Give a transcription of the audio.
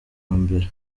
mbere